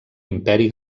imperi